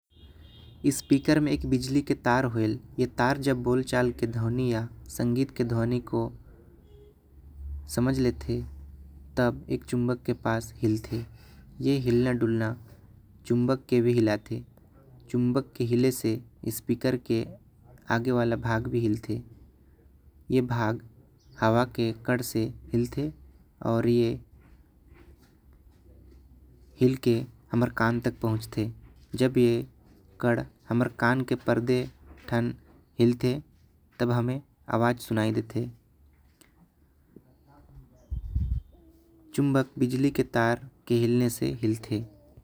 स्पीकर मे एक बिजली के तार हॉयल बोल चाल के ध्वनि आऊ। संगीत के ध्वनि के समाज लेते एक चुम्मक के पास हिलते। ए हिलना डुलना चुंबक के भी हिलाते चुंबक के हिले। से आगे वाला भाग भी हिलते ए भाग हवा के आकर से हिलते। आऊ ए हमर कान तक पहुंचते जब ए कड़क हमर कान के पर्दे ठन हिलते। हमे आवाज सुनाई देते चुंबक बिजली के तार के हिले ले हिलते।